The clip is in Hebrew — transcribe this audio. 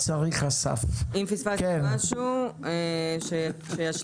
למשל אם בשנה הבאה זה יגדל ב-3% אז